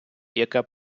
яка